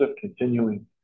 continuing